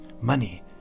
money